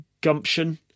gumption